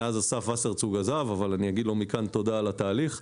מאז אסף וסרצוג עזב אבל אני אגיד לו מכאן תודה על התהליך.